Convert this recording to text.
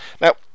Now